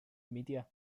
media